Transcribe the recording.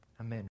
Amen